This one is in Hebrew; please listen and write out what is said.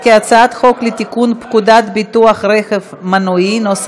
הצעת חוק לתיקון פקודת ביטוח רכב מנועי (מס'